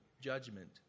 judgment